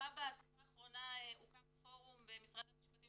בתקופה האחרונה הוקם פורום במשרד המשפטים